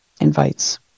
invites